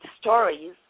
stories